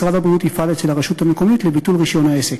משרד הבריאות יפעל אצל הרשות המקומית לביטול רישיון העסק.